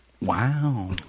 wow